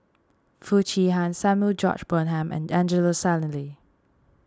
Foo Chee Han Samuel George Bonham and Angelo Sanelli